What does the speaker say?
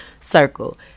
circle